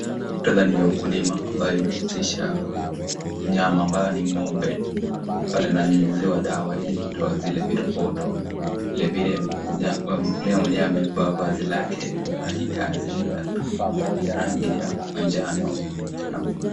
Muktadha ni ya ukulima ambayo inahusisha mnyama ambayo ni ngombe pale ananyunyiziwa dawa ili kutoa zile viroboto vile vile mkulima mwenyewe amevaa vazi lake la kikazi ya rangi ya manjano.